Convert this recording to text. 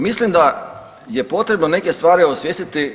Mislim da je potrebno neke stvari osvijestiti.